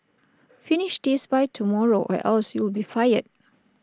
finish this by tomorrow or else you'll be fired